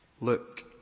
look